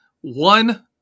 one